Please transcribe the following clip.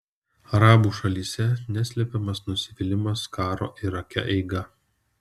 arabų šalyse neslepiamas nusivylimas karo irake eiga